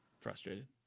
Frustrated